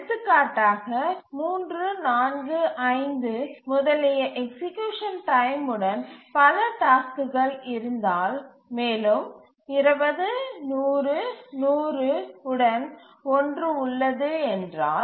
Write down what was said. எடுத்துக்காட்டாக 3 4 5 முதலிய execution time உடன் பல டாஸ்க்குகள் இருந்தால் மேலும் 20 100 100 உடன் ஒன்று உள்ளது என்றால்